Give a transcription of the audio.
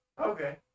okay